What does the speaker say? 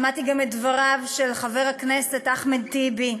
שמעתי גם את דבריו של חבר הכנסת אחמד טיבי,